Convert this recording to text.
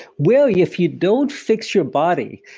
well, you if you don't fix your body,